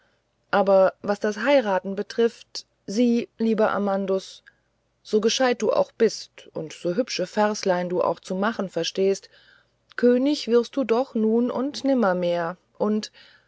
aber was das heiraten betrifft sieh lieber amandus so gescheit du auch bist und so hübsche verslein du auch zu machen verstehst könig wirst du doch nun und nimmermehr werden und